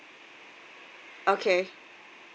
okay